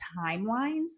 timelines